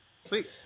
Sweet